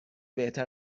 بهتر